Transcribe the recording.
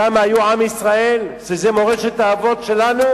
שם היו עם ישראל, שזה מורשת האבות שלנו?